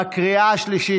בקריאה השלישית.